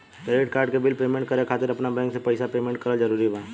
Credit card के bill payment करे खातिर आपन बैंक से पईसा पेमेंट करल जरूरी बा?